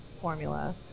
formula